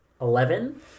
Eleven